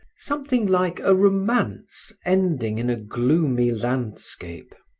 something like a romance ending in a gloomy landscape.